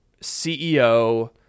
CEO